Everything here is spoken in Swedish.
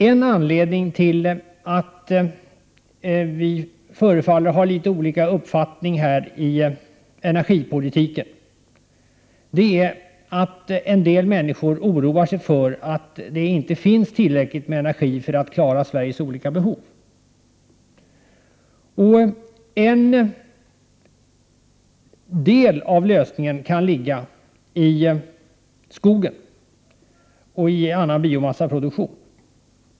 En anledning till att vi förefaller att ha litet olika uppfattningar i energipolitiken är att en del människor oroar sig för att det inte finns tillräckligt med energi för att man skall klara Sveriges olika behov. En del av lösningen kan ligga i skogen och i annan biomassaproduktion.